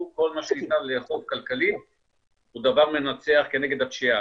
כל מה שניתן לאכוף כלכלית הוא דבר מנצח כנגד הפשיעה.